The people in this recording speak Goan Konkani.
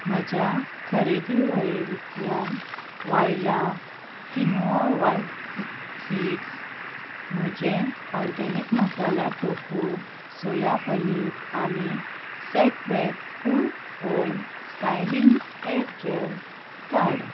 म्हज्या खरेदी वळेरेंतल्यान वायला कीनोआ व्हायट सीडस् म्हजें organic masala tofu soya paneer आनी set wet cool hold styling hair gel काड